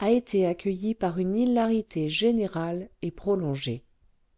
a été accueilli par une hilarité générale et prolongée